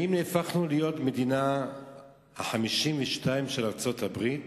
האם נהפכנו להיות המדינה ה-52 של ארצות-הברית?